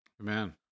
Amen